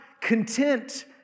content